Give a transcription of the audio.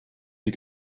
sie